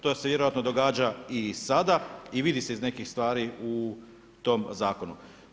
To se vjerojatno događa i sada i vidi se iz nekih stvari u tom zakonu.